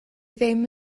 ddim